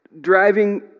driving